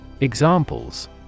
Examples